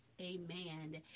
amen